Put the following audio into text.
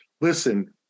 listen